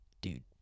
dude